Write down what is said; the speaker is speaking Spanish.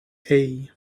hey